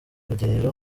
rugerero